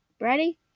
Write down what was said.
Ready